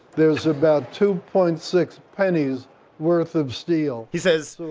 there's about two point six pennies' worth of steel he says,